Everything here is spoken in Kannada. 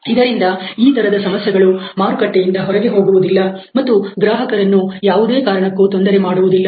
ಇದರಿಂದ ಈ ತರದ ಸಮಸ್ಯೆಗಳು ಮಾರುಕಟ್ಟೆಯಿಂದ ಹೊರಗೆ ಹೋಗುವುದಿಲ್ಲ ಮತ್ತು ಗ್ರಾಹಕರನ್ನು ಯಾವುದೇ ಕಾರಣಕ್ಕೂ ತೊಂದರೆ ಮಾಡುವುದಿಲ್ಲ